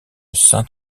saint